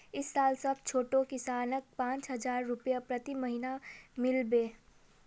इस साल सब छोटो किसानक पांच हजार रुपए प्रति महीना मिल बे